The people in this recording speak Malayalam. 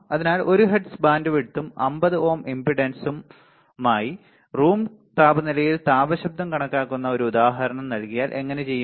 അതിനാൽ 1 ഹെർട്സ് ബാൻഡ്വിഡ്ത്തിനും 50 ഓം ഇംപെൻഡൻസിനുമായി റൂം താപനിലയിൽ താപ ശബ്ദം കണക്കാക്കുന്ന ഒരു ഉദാഹരണം നൽകിയാൽ എങ്ങനെ ചെയ്യും